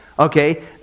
okay